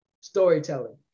storytelling